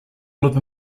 live